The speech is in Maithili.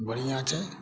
बढ़िऑं छै